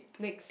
next